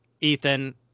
Ethan